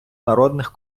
народних